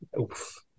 Oof